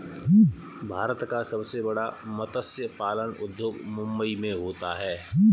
भारत का सबसे बड़ा मत्स्य पालन उद्योग मुंबई मैं होता है